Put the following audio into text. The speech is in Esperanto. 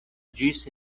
ĝis